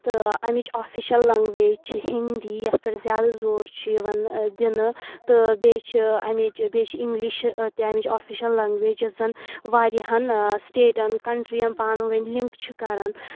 تہٕ امیِچ official language چھِ ہنٛدی یتھ پٮ۪ٹھ زیادٕ روز چھُ یِوان دِنہٕ تہٕ بییٚہِ چھِ امیِچ بییٚہِ چھِ انگلِش تہِ امیِچ آفشل لنگویج یۄس زَن واریاہن سٹیٹن کنٹرین پانہٕ وٲنۍ لنک چھِ کران